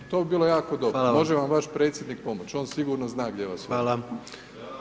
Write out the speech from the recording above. To bi bilo jako dobro, može vam vaš predsjednik pomoć, on sigurno zna gdje vas vodi.